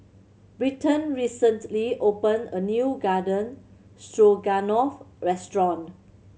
Bryton recently opened a new Garden Stroganoff restaurant